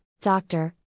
doctor